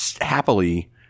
happily –